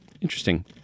interesting